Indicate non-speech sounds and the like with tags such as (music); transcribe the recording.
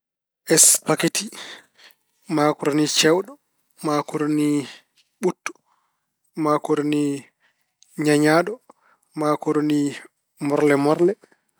Mburu juutngo, mburu masiŋ, mburu daɓɓo, mburu juutɗo, mburu mbaɗiraaɗo (hesitation) conndi kawri, mburu mbaɗiraaɗo conndi suuma, mburu morle morle.